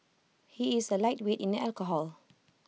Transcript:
he is A lightweight in alcohol